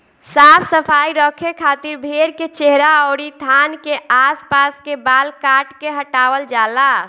साफ सफाई रखे खातिर भेड़ के चेहरा अउरी थान के आस पास के बाल काट के हटावल जाला